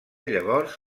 llavors